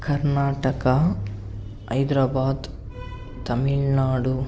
Karnataka Hyderabad Tamil Nadu